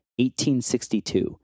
1862